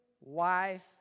wife